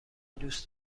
دوست